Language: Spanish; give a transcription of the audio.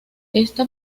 esta